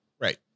Right